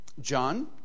John